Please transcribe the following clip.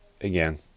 again